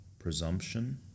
presumption